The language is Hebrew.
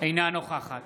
אינה נוכחת